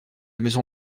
maison